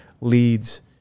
leads